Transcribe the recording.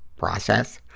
process.